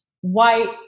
white